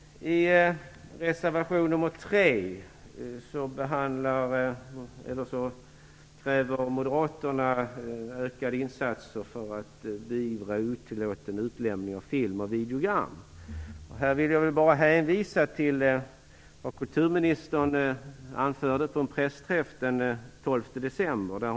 I reservation nr 3 kräver moderaterna ökade insatser för att beivra otillåten utlämning av film och videogram. Jag vill bara hänvisa till vad kulturministern anförde på en pressträff den 12 december.